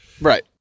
right